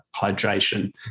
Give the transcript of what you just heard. hydration